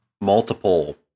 multiple